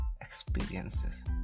experiences